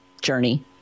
journey